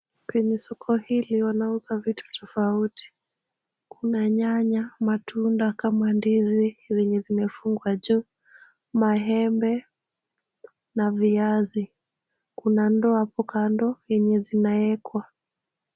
Kwenye soko hili wanauza vitu tofauti. Kuna nyanya, matunda kama ndizi zenye zimefungwa juu, maembe na viazi. Kuna ndoo hapo kando yenye zinawekwa.